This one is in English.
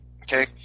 Okay